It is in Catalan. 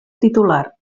titular